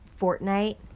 Fortnite